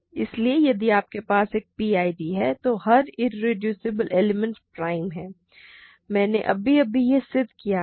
इसलिए यदि आपके पास एक पीआईडी है तो हर इरेड्यूसिबल एलिमेंट प्राइम है मैंने अभी अभी यह सिद्ध किया है